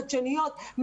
חדשניות,